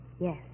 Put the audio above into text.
Yes